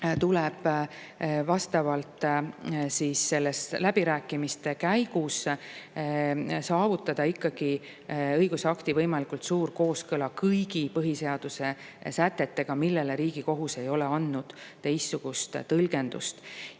tuleb vastavate läbirääkimiste käigus saavutada ikkagi õigusakti võimalikult suur kooskõla kõigi põhiseaduse sätetega, millele Riigikohus ei ole andnud teistsugust tõlgendust.